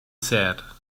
said